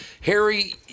Harry